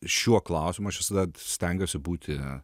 šiuo klausimu aš visad stengiuosi būti